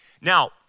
Now